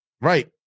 right